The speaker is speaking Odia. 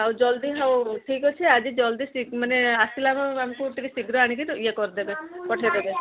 ଆଉ ଜଲ୍ଦି ହଉ ଠିକ୍ ଅଛି ଆଜି ଜଲ୍ଦି ମାନେ ଆସିଲା ଆମକୁ ଟିକେ ଶୀଘ୍ର ଆଣିକି ଇଏ କରିଦେବେ ପଠେଇ ଦବେ